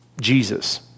Jesus